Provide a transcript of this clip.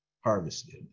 harvested